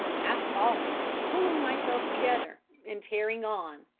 half falling, pulling myself together, and tearing on,